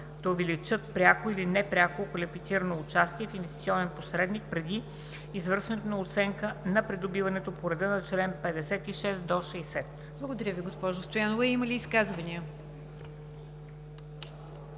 да увеличат пряко или непряко квалифицирано участие в инвестиционен посредник преди извършването на оценка на придобиването по реда на чл. 56 – 60.“ ПРЕДСЕДАТЕЛ НИГЯР ДЖАФЕР: Има ли изказвания?